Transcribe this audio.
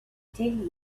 ten